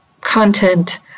content